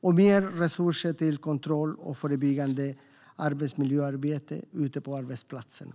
och mer resurser till kontroll och förebyggande arbetsmiljöarbete ute på arbetsplatserna.